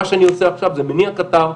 מה שאני עושה עכשיו זה מניע קטר,